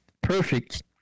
perfect